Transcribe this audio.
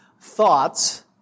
thoughts